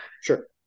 sure